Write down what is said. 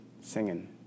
singing